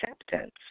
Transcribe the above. acceptance